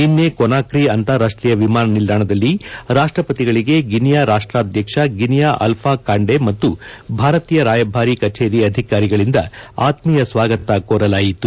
ನಿನ್ನೆ ಕೊನಾಕ್ರಿ ಅಂತಾರಾಷ್ಟೀಯ ವಿಮಾನ ನಿಲ್ದಾಣದಲ್ಲಿ ರಾಷ್ಟ್ರಪತಿಗಳಿಗೆ ಗಿನಿಯಾ ರಾಷ್ಟ್ರಾಧ್ಯಕ್ಷ ಗಿನಿಯಾ ಆಲ್ವಾ ಕಾಂಡೆ ಮತ್ತು ಭಾರತೀಯ ರಾಯಭಾರಿ ಕಛೇರಿ ಅಧಿಕಾರಿಗಳಿಂದ ಆತ್ಮೀಯ ಸ್ವಾಗತ ಕೋರಲಾಯಿತು